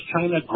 China